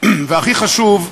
והכי חשוב,